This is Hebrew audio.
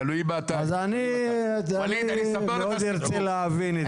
אז אני מאוד ארצה להבין את זה.